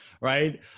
right